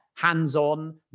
hands-on